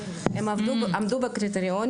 הם עמדו בקריטריונים,